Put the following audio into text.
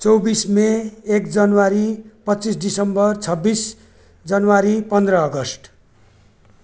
चौबिस मे एक जनवरी पच्चिस दिसम्बर छब्बिस जनवरी पन्ध्र अगस्त